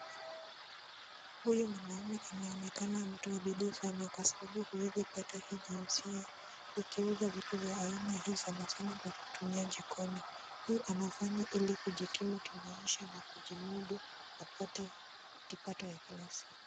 Huyu mwanaume anaonekana mtu wa bidii sana kwa sababu huwezi pata hii jinsia ikiuza vitu za aina hii sana sana za kutumia jikoni. Hii anafanya ili kujikimu kimaisha na kujimudu apate kipato ya kila siku.